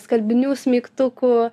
skalbinių smeigtukų